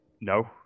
No